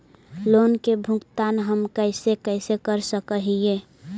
Loan के भुगतान हम कैसे कैसे कर सक हिय?